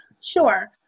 Sure